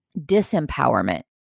disempowerment